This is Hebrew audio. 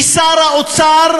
כי שר האוצר,